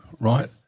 right